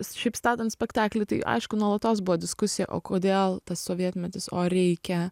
šiaip statant spektaklį tai aišku nuolatos buvo diskusija o kodėl tas sovietmetis o ar reikia